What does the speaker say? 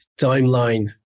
timeline